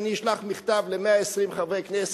ואני אשלח מכתב ל-120 חברי הכנסת,